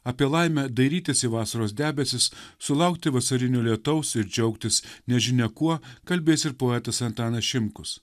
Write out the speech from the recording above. apie laimę dairytis į vasaros debesis sulaukti vasarinio lietaus ir džiaugtis nežinia kuo kalbės ir poetas antanas šimkus